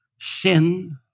sin